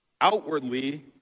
outwardly